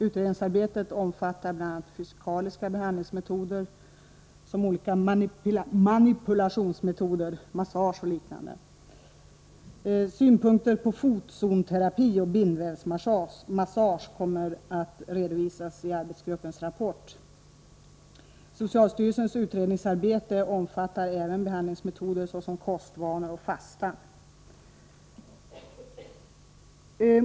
Utredningsarbetet omfattar bl.a. fysikaliska behandlingsmetoder, såsom olika manipulationsmetoder, massage och liknande. Synpunkter på fotzonterapi och bindvävsmassage kommer att redovisas i arbetsgruppens rapport. Socialstyrelsens utredningsarbete omfattar även behandlingsmetoder såsom kostvanor och fasta.